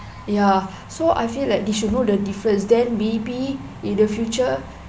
ya so I feel like they should know the difference then maybe in the future